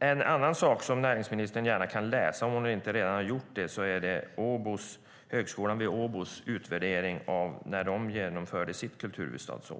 Någonting annat som näringsministern gärna kan läsa, om hon inte redan har gjort det, är den utvärdering från Handelshögskolan i Åbo som handlar om när Åbo var kulturhuvudstad.